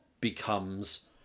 becomes